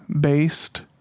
based